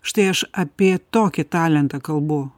štai aš apie tokį talentą kalbu